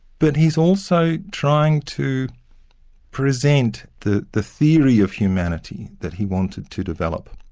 but he's also trying to present the the theory of humanity that he wanted to develop,